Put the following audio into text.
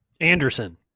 Anderson